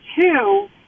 two